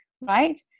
right